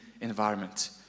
environment